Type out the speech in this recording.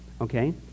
Okay